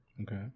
Okay